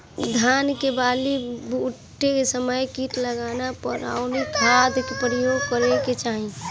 धान के बाली फूटे के समय कीट लागला पर कउन खाद क प्रयोग करे के चाही?